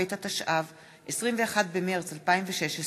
אברהם נגוסה ומשה גפני,